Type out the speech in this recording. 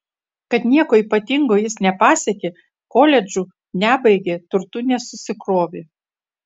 kad nieko ypatingo jis nepasiekė koledžų nebaigė turtų nesusikrovė